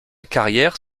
carrière